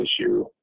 issue